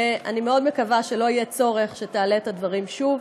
ואני מאוד מקווה שלא יהיה צורך שתעלה את הדברים שוב,